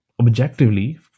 Objectively